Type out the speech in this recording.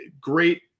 great